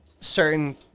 certain